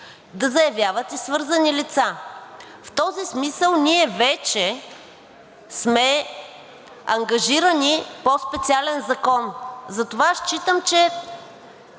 да заявяват и свързани лица. В този смисъл ние вече сме ангажирани по специален закон. Затова считам, че